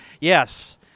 Yes